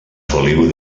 feliu